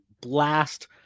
blast